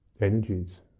energies